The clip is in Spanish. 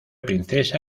princesa